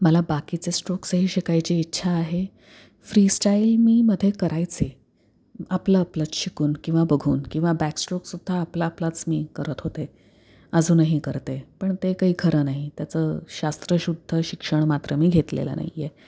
मला बाकीचे स्ट्रोक्सही शिकायची इच्छा आहे फ्रीस्टाईल मी मध्ये करायचे आपलं आपलंच शिकून किंवा बघून किंवा बॅकस्ट्रोक सुद्धा आपला आपलाच मी करत होते अजूनही करते पण ते काही खरं नाही त्याचं शास्त्रशुद्ध शिक्षण मात्र मी घेतलेलं नाही आहे